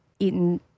Eaten